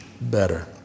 better